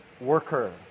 worker